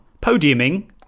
Podiuming